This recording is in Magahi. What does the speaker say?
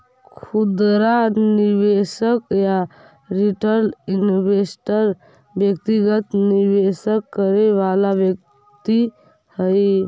खुदरा निवेशक या रिटेल इन्वेस्टर व्यक्तिगत निवेश करे वाला व्यक्ति हइ